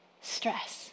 Stress